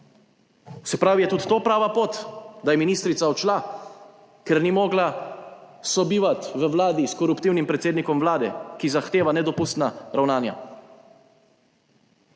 Se pravi, je tudi to prava pot, da je ministrica odšla, ker ni mogla sobivati v Vladi s koruptivnim predsednikom Vlade, ki zahteva nedopustna ravnanja.